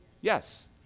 Yes